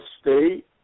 State